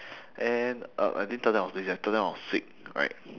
and uh I didn't tell them I was lazy I told them I was sick right